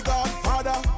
Godfather